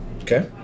okay